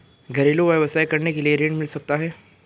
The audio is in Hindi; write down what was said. घरेलू व्यवसाय करने के लिए ऋण मिल सकता है?